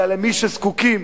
אלא למי שזקוקים,